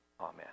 Amen